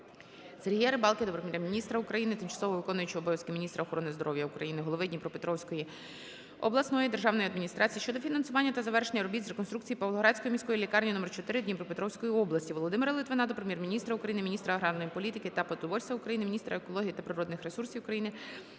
Сергія Рибалки до Прем'єр-міністра України, тимчасово виконуючої обов'язки міністра охорони здоров'я України, голови Дніпропетровської обласної державної адміністрації щодо фінансування та завершення робіт з реконструкціїПавлоградської міської лікарні № 4 Дніпропетровської області. Володимира Литвина до Прем'єр-міністра України, міністра аграрної політики та продовольства України, міністра екології та природних ресурсів України